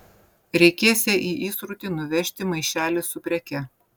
reikėsią į įsrutį nuvežti maišelį su preke